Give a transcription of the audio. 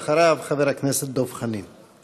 אחריו, חבר הכנסת דב חנין.